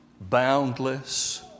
Boundless